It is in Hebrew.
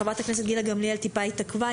חברת הכנסת גילה גמליאל טיפה התעכבה.